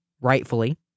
rightfully